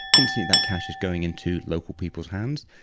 instantly that cash is going into local people's hands.